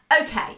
okay